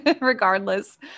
regardless